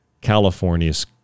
California's